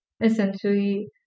essentially